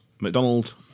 McDonald